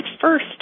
first